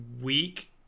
week